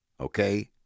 Okay